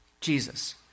Jesus